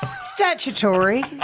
Statutory